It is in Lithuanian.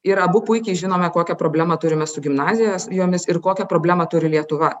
ir abu puikiai žinome kokią problemą turime su gimnazijos jomis ir kokią problemą turi lietuva